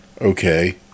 Okay